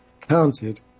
counted